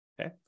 Okay